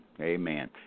Amen